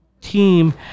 team